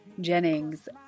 jennings